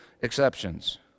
exceptions